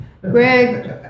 Greg